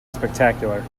spectacular